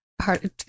hard